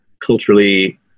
culturally